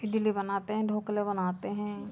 इडली बनाते हैं ढोकले बनाते हैं